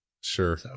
Sure